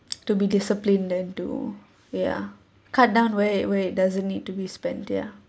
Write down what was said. to be discipline then to ya cut down where where it doesn't need to be spent ya